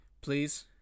please